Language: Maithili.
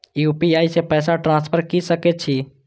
यू.पी.आई से पैसा ट्रांसफर की सके छी?